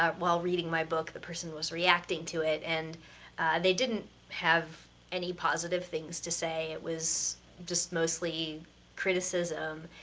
ah while reading my book, the person was reacting to it, and they didn't have any positive things to say. it was just mostly criticism.